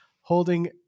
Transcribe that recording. holding